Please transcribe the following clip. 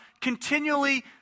continually